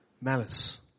Malice